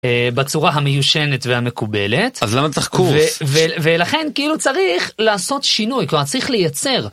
בצורה המיושנת והמקובלת, אז למה צחקו? ולכן כאילו צריך לעשות שינוי, צריך לייצר.